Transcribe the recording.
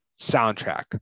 soundtrack